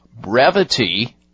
Brevity